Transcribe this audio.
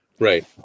Right